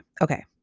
Okay